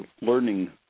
learning